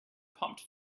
pumped